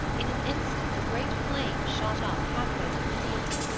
in an instant a great flame shot up half way to the ceiling.